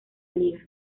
liga